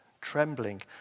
trembling